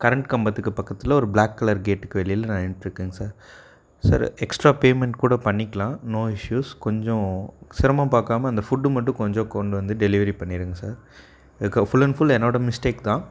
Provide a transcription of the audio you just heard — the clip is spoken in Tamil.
கரண்ட் கம்பத்துக்கு பக்கத்தில் ஒரு பிளாக் கலர் கேட்டுக்கு வெளியில் நான் நின்னுட்டு இருக்கேங்க சார் சார் எக்ஸ்ட்ரா பேமெண்ட் கூட பண்ணிக்கலாம் நோ இஷ்யூஸ் கொஞ்சம் சிரமம் பாக்காமல் அந்த ஃபுட்டு மட்டும் கொஞ்சம் கொண்டு வந்து டெலிவரி பண்ணிடுங்க சார் இதுக்கு புல் அண்ட் புல் என்னோட மிஸ்டேக் தான்